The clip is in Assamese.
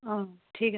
অঁ ঠিক আছে